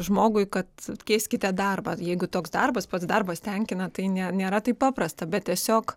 žmogui kad keiskite darbą jeigu toks darbas pats darbas tenkina tai ne nėra taip paprasta bet tiesiog